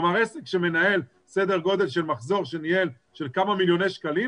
כלומר עסק שמנהל או ניהל סדר גודל של מחזור של כמה מיליוני שקלים,